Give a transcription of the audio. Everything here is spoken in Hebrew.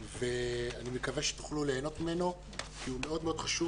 אני מקווה שתוכלו ליהנות ממנו כי הוא מאוד חשוב